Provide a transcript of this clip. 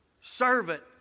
servant